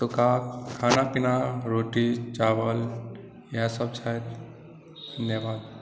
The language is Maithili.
एतुका खाना पीना रोटी चावल इएहसभ छथि धन्यवाद